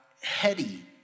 heady